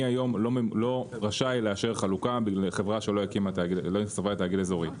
אני היום לא רשאי לאשר חלוקה לחברה שלא הצטרפה לתאגיד אזורי.